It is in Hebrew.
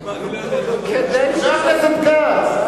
אומרת, חבר הכנסת כץ.